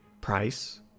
price